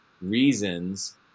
reasons